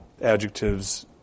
adjectives